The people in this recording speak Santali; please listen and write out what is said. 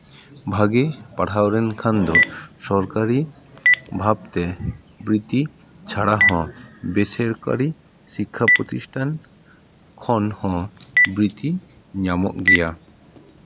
ᱵᱷᱟᱹᱜᱮ ᱯᱟᱲᱦᱟᱣ ᱞᱮᱱᱠᱷᱟᱱ ᱫᱚ ᱥᱚᱨᱠᱟᱨᱤ ᱵᱷᱟᱵᱽᱛᱮ ᱵᱨᱤᱛᱛᱤ ᱪᱷᱟᱲᱟ ᱦᱚᱸ ᱵᱮᱥᱚᱨᱠᱟᱨᱤ ᱥᱤᱠᱠᱷᱟ ᱯᱨᱚᱛᱤᱥᱴᱷᱟᱱ ᱠᱷᱚᱱᱦᱚᱸ ᱵᱨᱤᱛᱛᱤ ᱧᱟᱢᱚᱜ ᱜᱮᱭᱟ